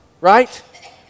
right